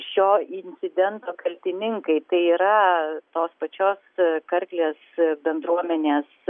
šio incidento kaltininkai tai yra tos pačios karklės bendruomenės